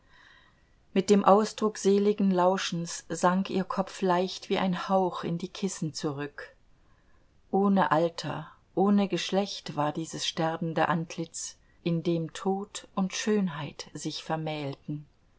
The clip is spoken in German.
mit dem ausdruck seligen lauschens sank ihr kopf leicht wie ein hauch in die kissen zurück ohne alter ohne geschlecht war dieses sterbende antlitz in dem tod und schönheit sich vermählten